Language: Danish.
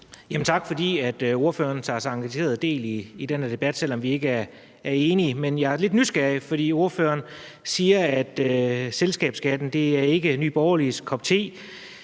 Tak, fordi ordføreren tager så engageret del i den her debat, selv om vi ikke er enige. Men jeg er lidt nysgerrig, for ordføreren siger, at selskabsskatten ikke er Nye Borgerliges kop te,